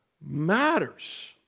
matters